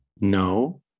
No